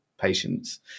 patients